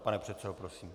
Pane předsedo, prosím.